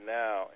now